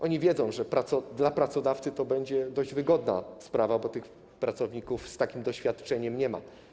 Oni wiedzą, że dla pracodawcy to będzie dość wygodna sprawa, bo tych pracowników z takim doświadczeniem nie ma.